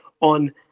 on